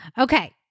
Okay